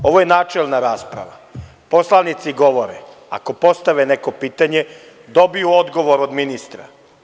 Ovo je načelna rasprava, poslanici govore, ako postave neko pitanje dobiju odgovor od ministra.